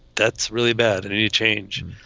that's really bad. and any change?